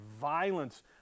violence